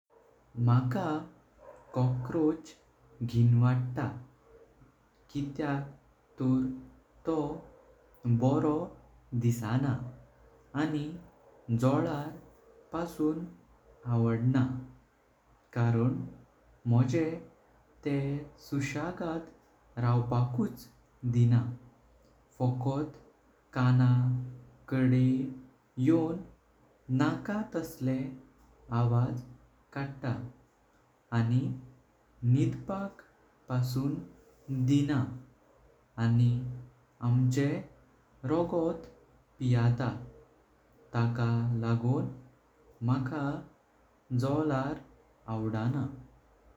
म्हाका कॉकरोच घिणवटल असा कित्याक तोर तो बरो दिसना। आनी झोलार पासून आवडना कारण मोंझे तेह सुसगात रवपाकुच दीना। फोकोट काना कढे येवून नाका तसले आवाज कडता आनी निदपाक पासून दीना आनी आमचे रगोट पियता तका लागों माका झोलार आवडना।